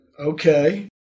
okay